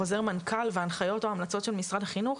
ל חוזר מנכ"ל וההנחיות וההמלצות של משרד החינוך,